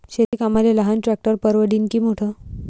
शेती कामाले लहान ट्रॅक्टर परवडीनं की मोठं?